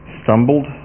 stumbled